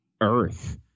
Earth